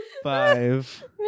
five